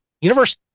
Universe